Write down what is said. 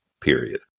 period